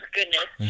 goodness